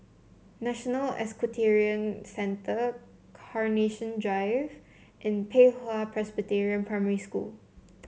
National Equestrian Centre Carnation Drive and Pei Hwa Presbyterian Primary School